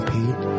Pete